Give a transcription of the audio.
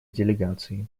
делегации